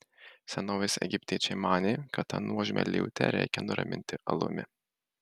senovės egiptiečiai manė kad tą nuožmią liūtę reikia nuraminti alumi